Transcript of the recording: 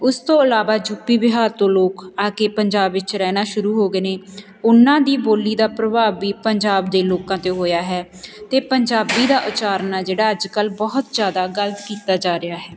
ਉਸ ਤੋਂ ਇਲਾਵਾ ਯੂ ਪੀ ਬਿਹਾਰ ਤੋਂ ਲੋਕ ਆ ਕੇ ਪੰਜਾਬ ਵਿੱਚ ਰਹਿਣਾ ਸ਼ੁਰੂ ਹੋ ਗਏ ਨੇ ਉਹਨਾਂ ਦੀ ਬੋਲੀ ਦਾ ਪ੍ਰਭਾਵ ਵੀ ਪੰਜਾਬ ਦੇ ਲੋਕਾਂ 'ਤੇ ਹੋਇਆ ਹੈ ਅਤੇ ਪੰਜਾਬੀ ਦਾ ਉਚਾਰਨ ਆ ਜਿਹੜਾ ਅੱਜ ਕੱਲ੍ਹ ਬਹੁਤ ਜ਼ਿਆਦਾ ਗਲਤ ਕੀਤਾ ਜਾ ਰਿਹਾ ਹੈ